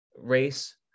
race